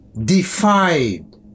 defied